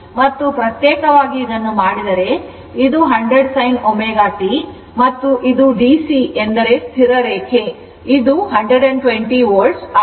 ಮತ್ತು ಪ್ರತ್ಯೇಕವಾಗಿ ಇದನ್ನು ಮಾಡಿದರೆ ಇದು 100sin ω t ಮತ್ತು ಇದು ಡಿಸಿ ಎಂದರೆ ಸ್ಥಿರ ರೇಖೆ ಇದು 120 volt ಆಗಿದೆ